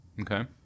Okay